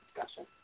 discussion